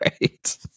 right